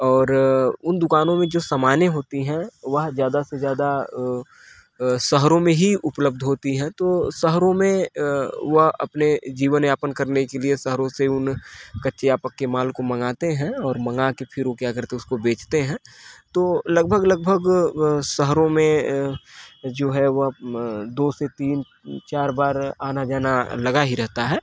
और उन दुकानों में जो समानें होती हैं वह ज्यादा से ज्यादा शहरो में ही उपलब्ध होती हैं तो शहरों में वह अपने जीवन यापन करने के लिए शहरों से उन कच्चे या पक्के माल को मंगाते हैं और मंगा के फिर वो क्या करते हैं उसको बेचते हैं तो लगभग लगभग शहरों में जो है वह दो से तीन चार बार आना जाना लगा ही रहता है